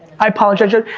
i apologize,